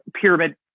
pyramid